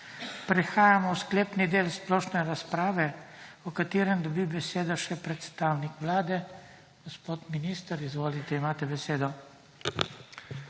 Prehajamo v sklepni del splošne razpravo, v katerem dobi besedo še predstavnik Vlade. Gospod minister, imate besedo.